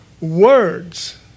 words